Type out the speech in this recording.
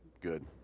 good